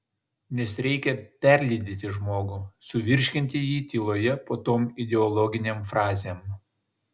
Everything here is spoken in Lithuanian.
nes reikia perlydyti žmogų suvirškinti jį tyloje po tom ideologinėm frazėm